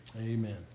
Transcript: Amen